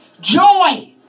Joy